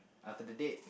after the date